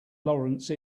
laurence